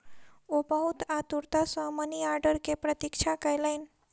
ओ बहुत आतुरता सॅ मनी आर्डर के प्रतीक्षा कयलैन